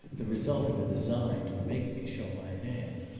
the result of a design to make me show my hand.